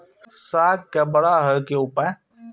साग के बड़ा है के उपाय?